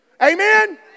Amen